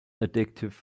addictive